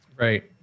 Right